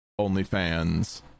OnlyFans